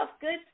good